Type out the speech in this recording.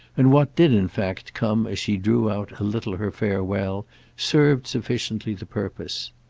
and what did in fact come as she drew out a little her farewell served sufficiently the purpose.